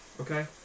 Okay